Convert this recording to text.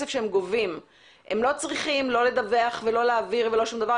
שהם גובים הם לא צריכים לדווח ולא להעביר ולא שום דבר,